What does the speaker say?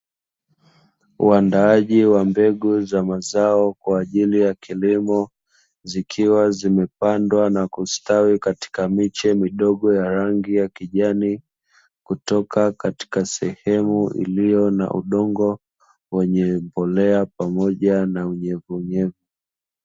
Uandaaji wa mbegu za mazao kwa ajili ya kilimo, zikiwa zimepandwa na kustawi katika miche midogo ya rangi ya kijani, kutoka katika sehemu iliyo na udongo, wenye mbolea pamoja na unyevunyevu.